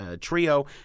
Trio